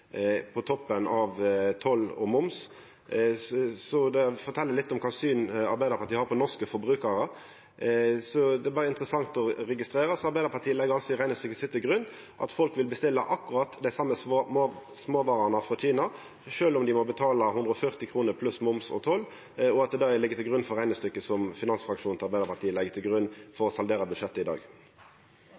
på toppen av toll og moms. Det fortel litt om kva syn Arbeidarpartiet har på norske forbrukarar. Det var interessant å registrera. Arbeidarpartiet legg altså i reknestykket sitt til grunn at folk vil bestilla akkurat dei same småvarene frå Kina, sjølv om dei må betala 140 kr pluss moms og toll, at det ligg til grunn for det reknestykket som finansfraksjonen til Arbeidarpartiet bruker for å saldera budsjettet i dag.